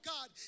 God